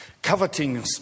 coveting